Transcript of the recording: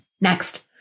Next